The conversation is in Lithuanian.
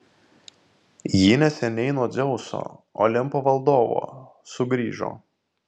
ji neseniai nuo dzeuso olimpo valdovo sugrįžo